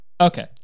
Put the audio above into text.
Okay